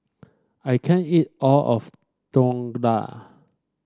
I can't eat all of Dhokla